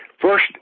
First